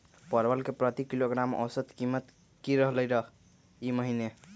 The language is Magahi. परवल के प्रति किलोग्राम औसत कीमत की रहलई र ई महीने?